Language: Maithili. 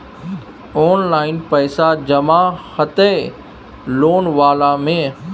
ऑनलाइन पैसा जमा हते लोन वाला में?